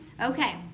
okay